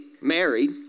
married